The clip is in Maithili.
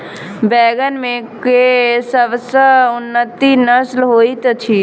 बैंगन मे केँ सबसँ उन्नत नस्ल होइत अछि?